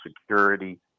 Security